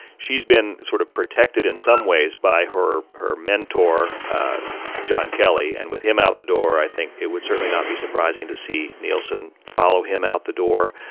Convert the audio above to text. she's been sort of protected in some ways by her her mentor john kelly. and with him out the door, i think it would certainly not be surprising to see nielsen follow him out the door.